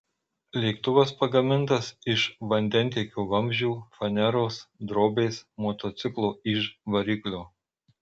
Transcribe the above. lėktuvas pagamintas iš vandentiekio vamzdžių faneros drobės motociklo iž variklio